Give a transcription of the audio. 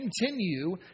continue